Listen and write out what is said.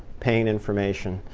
pain information.